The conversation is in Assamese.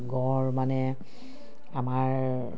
গঁড় মানে আমাৰ